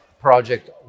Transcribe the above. project